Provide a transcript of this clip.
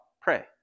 pray